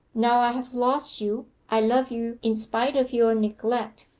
now i have lost you, i love you in spite of your neglect.